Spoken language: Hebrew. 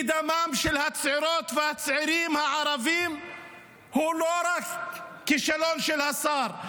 ודמם של הצעירות והצעירים הערבים הוא לא רק כישלון של השר,